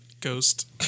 ghost